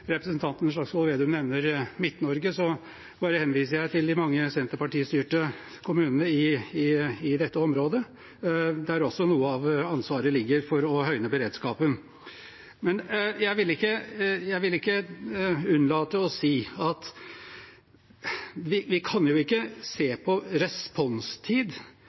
representanten Slagsvold Vedum nevnte Midt-Norge, vil jeg bare henvise til de mange Senterparti-styrte kommunene i dette området, der også noe av ansvaret for å høyne beredskapen ligger. Jeg kan ikke unnlate å si at vi kan ikke se på responstid